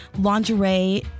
Lingerie